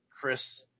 Chris